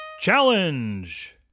Challenge